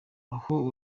aho